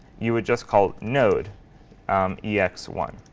you would just call node um e x one